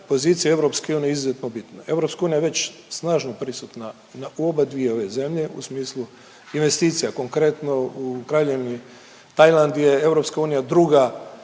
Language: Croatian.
pozicije EU je izuzetno bitno. EU je već snažno prisutna u obadvije ove zemlje u smislu investicija. Konkretno u Kraljevini Tajland je EU druga